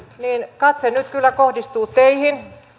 niin katse nyt kyllä kohdistuu teihin